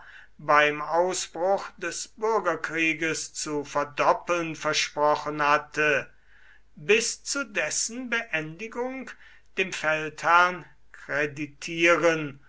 beim ausbruch des bürgerkrieges zu verdoppeln versprochen hatte bis zu dessen beendigung dem feldherrn kreditieren